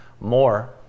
more